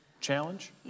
challenge